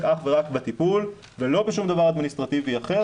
אך ורק בטיפול ולא בשום דבר אדמיניסטרטיבי אחר